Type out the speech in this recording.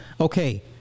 Okay